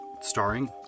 Starring